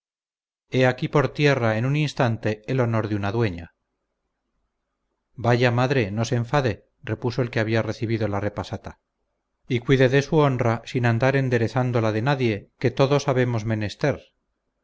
aquí por tierra en un instante el honor de una dueña vaya madre no se enfade repuso el que había recibido la repasata y cuide de su honra sin andar enderezando la de nadie que todos habemos menester